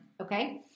Okay